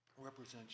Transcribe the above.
represents